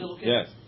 Yes